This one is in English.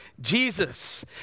Jesus